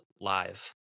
live